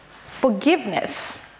forgiveness